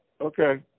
okay